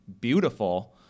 beautiful